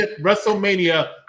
WrestleMania